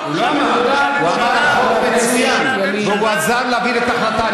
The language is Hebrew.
הוא אמר שהחוק מצוין, והוא עזר להעביר את ההחלטה.